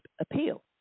appeal